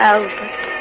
Albert